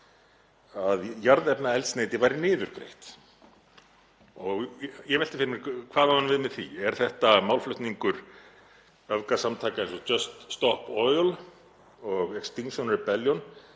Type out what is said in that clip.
að jarðefnaeldsneyti væri niðurgreitt og ég velti fyrir mér hvað hann á við með því. Er þetta málflutningur öfgasamtaka eins og Just stop Oil og Extinction Rebellion